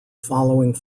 following